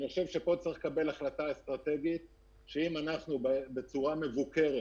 פה צריך לקבל החלטה אסטרטגית שאם אנחנו בצורה מבוקרת